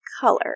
color